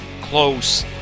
close